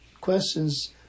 questions